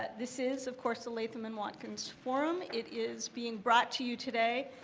this is, of course latham and watkins forum. it is being brought to you today,